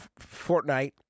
Fortnite